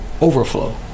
overflow